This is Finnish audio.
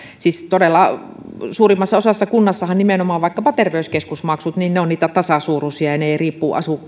todella suurimmassa osassa kunnistahan nimenomaan vaikkapa terveyskeskusmaksut ovat niitä tasasuuruisia ja eivät riipu